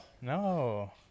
No